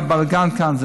היה בלגן כאן,